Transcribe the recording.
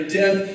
death